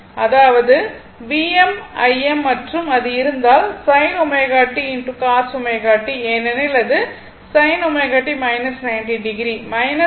அதாவது Vm Im மற்றும் அது இருந்தால் sin ω t cos ω t ஏனெனில் அது sin ω t 90 o